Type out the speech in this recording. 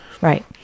Right